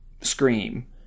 scream